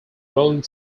rolling